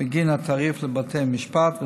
בגין התעריף לבתי המשפט,